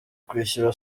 kwishyura